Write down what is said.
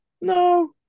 No